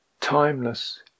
timeless